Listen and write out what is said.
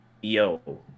Yo